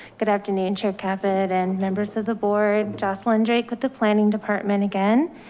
good afternoon. chair, cabinet and members of the board. jocelyn drake with the planning department. again,